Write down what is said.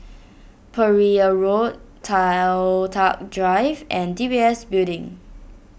Pereira Road Toh Tuck Drive and D B S Building